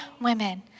women